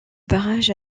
barrage